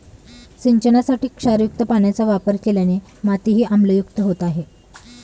सिंचनासाठी क्षारयुक्त पाण्याचा वापर केल्याने मातीही आम्लयुक्त होत आहे